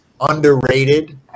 underrated